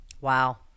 Wow